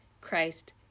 Christ